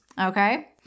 okay